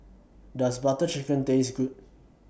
Does Butter Chicken Taste Good